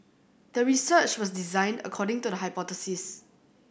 the research was designed according to the hypothesis